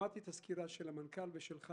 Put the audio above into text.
שמעתי את הסקירה של המנכ"ל ושלך,